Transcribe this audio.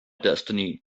destiny